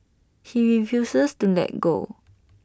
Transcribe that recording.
he refuses to let go